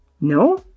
No